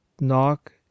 Knock